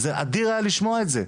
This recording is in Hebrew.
וזה אדיר היה לשמוע את זה.